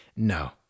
no